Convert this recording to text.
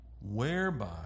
whereby